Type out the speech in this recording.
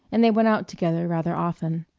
and they went out together rather often.